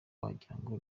wagirango